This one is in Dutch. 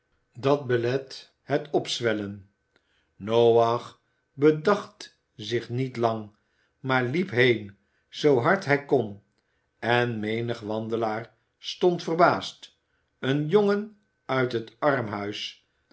dat belet het opzwellen noach bedacht zich niet lang maar liep heen zoo hard hij kon en menige wandelaar stond verbaasd een jongen uit het armhuis